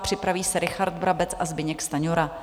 Připraví se Richard Brabec a Zbyněk Stanjura.